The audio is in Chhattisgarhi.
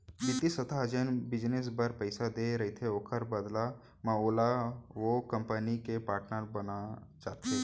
बित्तीय संस्था ह जेन बिजनेस बर पइसा देय रहिथे ओखर बदला म ओहा ओ कंपनी के पाटनर बन जाथे